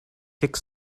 tick